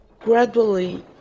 gradually